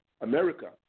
America